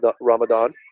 Ramadan